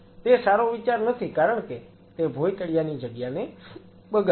તે સારો વિચાર નથી કારણ કે તે ભોયતળીયાની જગ્યાને બગાડે છે